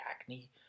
acne